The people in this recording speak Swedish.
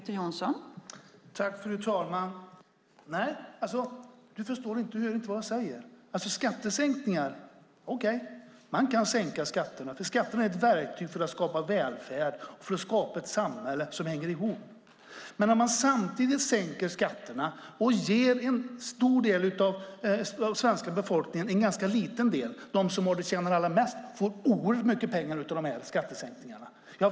Fru talman! Anders Flanking hör inte vad jag säger. Okej, man kan sänka skatterna, för skatterna är ett verktyg för att skapa välfärd och för att skapa ett samhälle som hänger ihop. Men man sänker skatterna och ger en stor del av den svenska befolkningen en ganska liten del, medan de som tjänar allra mest får oerhört mycket pengar av skattesänkningarna.